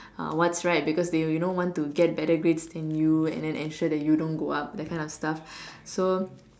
uh what's right because they you know want to get better grades than you and then ensure you don't go up that kind of stuff so